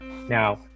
now